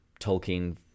Tolkien